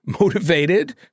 motivated